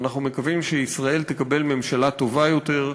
ואנחנו מקווים שישראל תקבל ממשלה טובה יותר,